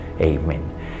amen